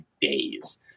days